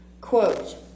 Quote